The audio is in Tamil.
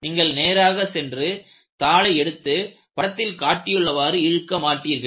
நீங்கள் நேராக சென்று தாளை எடுத்து படத்தில் காட்டியுள்ளவாறு இழுக்க மாட்டீர்கள்